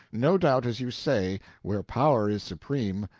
no doubt, as you say, where power is supreme,